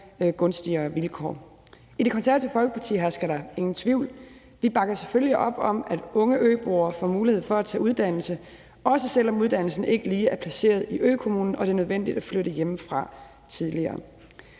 gunstige vilkår. I Det Konservative Folkeparti hersker der ingen tvivl om, at vi selvfølgelig bakker op om, at unge øboere får mulighed for at tage uddannelse, også selv om uddannelsen ikke lige er placeret i økommunen og det er nødvendigt at flytte hjemmefra tidligere.